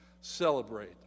Celebrate